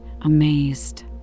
amazed